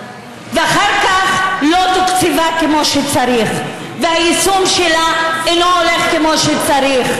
אחר כך היא לא תוקצבה כמו שצריך והיישום שלה אינו הולך כמו שצריך.